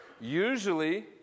Usually